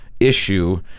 issue